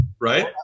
right